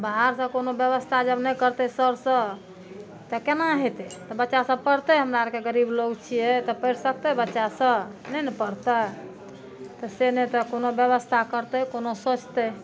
बाहर से कोनो व्यवस्था जब नहि करतै तब तऽ तऽ केना हेतै तऽ बच्चा सब पढ़तै हमरा आरके गरीब लोग छियै तऽ पैढ़ सकतै बच्चा सब नहि ने पढ़तै तऽ से नहि तऽ कोनो ब्यवस्था करतै कोनो सोचतै